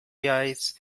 eyes